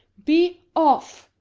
be off!